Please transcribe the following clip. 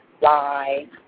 lie